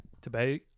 Today